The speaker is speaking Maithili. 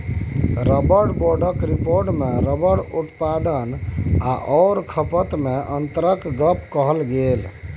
रबर बोर्डक रिपोर्टमे रबर उत्पादन आओर खपतमे अन्तरक गप कहल गेल